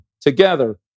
together